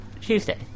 Tuesday